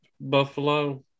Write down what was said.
Buffalo